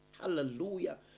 Hallelujah